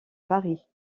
paris